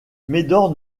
médor